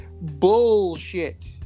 bullshit